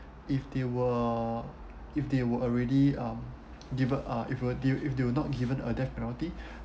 if they were if they were already um given uh if uh if they were if they were not given a death penalty